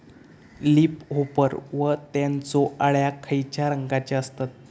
Leaf hopper व त्यानचो अळ्या खैचे रंगाचे असतत?